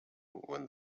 when